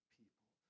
people